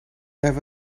there